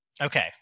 okay